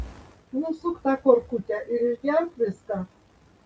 nusuk tą korkutę ir išgerk viską